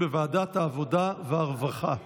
לוועדת העבודה והרווחה נתקבלה.